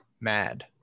mad